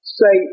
say